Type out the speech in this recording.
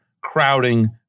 crowding